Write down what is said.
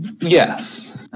Yes